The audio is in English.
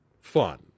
fun